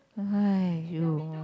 !aiyo!